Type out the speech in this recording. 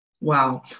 Wow